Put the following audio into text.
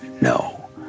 no